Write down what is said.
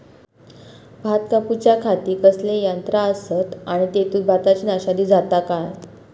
भात कापूच्या खाती कसले यांत्रा आसत आणि तेतुत भाताची नाशादी जाता काय?